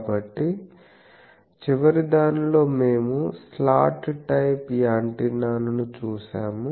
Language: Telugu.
కాబట్టి చివరిదానిలో మేము స్లాట్ టైప్ యాంటెన్నాను చూశాము